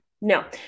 no